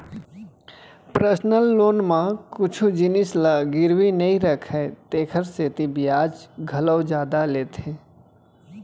personal loan म कुछु जिनिस ल गिरवी नइ राखय तेकर सेती बियाज घलौ जादा लेथे